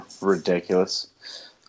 Ridiculous